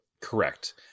Correct